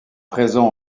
présent